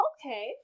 Okay